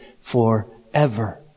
forever